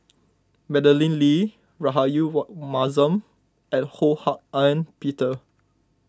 Madeleine Lee Rahayu what Mahzam and Ho Hak Ean Peter